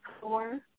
four